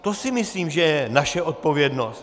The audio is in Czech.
To si myslím, že je naše odpovědnost.